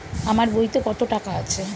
আমার বইতে কত টাকা আছে?